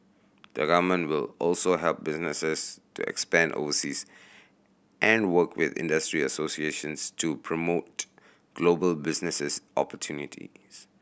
the Government will also help businesses to expand overseas and work with industry associations to promote global businesses opportunities